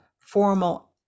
formal